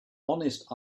honest